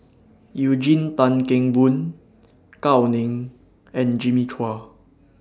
Eugene Tan Kheng Boon Gao Ning and Jimmy Chua